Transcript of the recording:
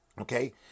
okay